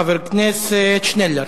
חבר הכנסת עתניאל שנלר.